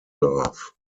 love